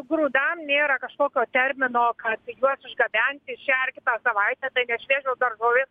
grūdam nėra kažkokio termino kad juos išgabenti šią ar kitą savaitę tai ne šviežios daržovės